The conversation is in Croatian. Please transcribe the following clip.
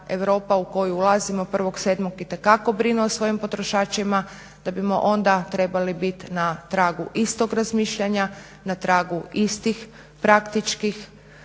u koju ulazimo 1.7.itekako brine o svojim potrošačima da bimo onda trebali biti na tragu istog razmišljanja, na tragu iste prakse i